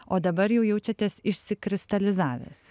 o dabar jau jaučiatės išsikristalizavęs